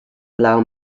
allow